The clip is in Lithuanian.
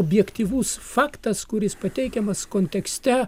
objektyvus faktas kuris pateikiamas kontekste